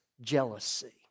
jealousy